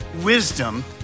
wisdom